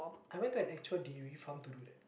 I went to an actual dairy farm to do that